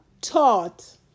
taught